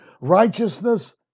Righteousness